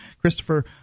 Christopher